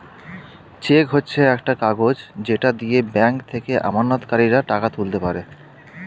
check হচ্ছে একটা কাগজ যেটা দিয়ে ব্যাংক থেকে আমানতকারীরা টাকা তুলতে পারে